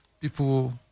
people